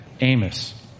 Amos